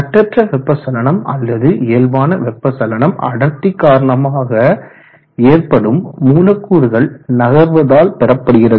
கட்டற்ற வெப்பச்சலனம் அல்லது இயல்பான வெப்பச்சலனம் அடர்த்தி காரணமாக ஏற்படும் மூலக்கூறுகள் நகர்வதால் பெறப்படுகிறது